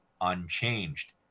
unchanged